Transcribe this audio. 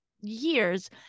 years